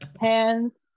hands